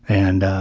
and